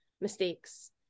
mistakes